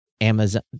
Amazon